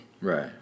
Right